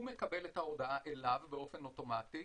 הוא מקבל את ההודעה אליו באופן אוטומטי.